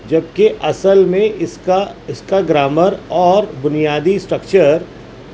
جبکہ اصل میں اس کا اس کا گرامر اور بنیادی اسٹرکچر